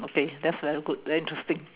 okay that's very good very interesting